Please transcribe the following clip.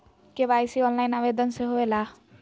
KYC online आवेदन से होवे ला?